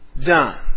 done